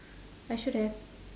I should have